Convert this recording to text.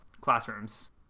classrooms